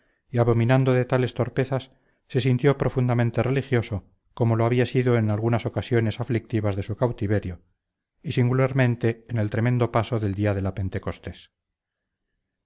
y abominando de tales torpezas se sintió profundamente religioso como lo había sido en algunas ocasiones aflictivas de su cautiverio y singularmente en el tremendo paso del día de la pentecostés